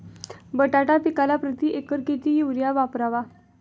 बटाटा पिकाला प्रती एकर किती युरिया वापरावा?